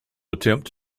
attempt